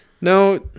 No